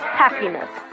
happiness